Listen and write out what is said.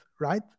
right